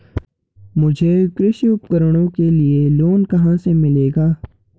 मुझे कृषि उपकरणों के लिए लोन कहाँ से मिलेगा?